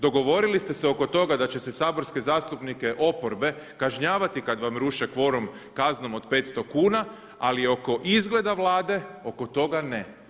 Dogovorili ste se oko toga da će se saborske zastupnike oporbe kažnjavati kad vam ruše kvorum kaznom od 500 kuna, ali oko izgleda Vlade, oko toga ne.